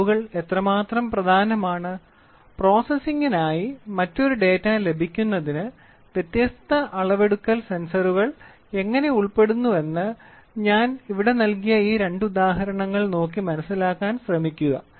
അളവുകൾ എത്രമാത്രം പ്രധാനമാണ് പ്രോസസ്സിംഗിനായി മറ്റൊരു ഡാറ്റ ലഭിക്കുന്നതിന് വ്യത്യസ്ത അളവെടുക്കൽ സെൻസറുകൾ എങ്ങനെ ഉൾപ്പെടുന്നുവെന്ന് ഞാൻ ഇവിടെ നൽകിയ ഈ രണ്ട് ഉദാഹരണങ്ങൾ നോക്കി മനസ്സിലാക്കാൻ ശ്രമിക്കുക